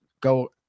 go